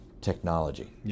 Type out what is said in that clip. technology